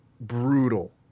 Brutal